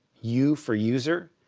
u for user,